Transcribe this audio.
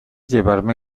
llevarme